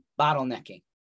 bottlenecking